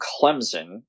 Clemson